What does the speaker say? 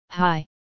Hi